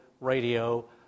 radio